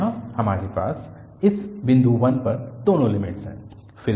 तो यहाँ हमारे पास इस बिंदु 1 पर दोनों लिमिट्स हैं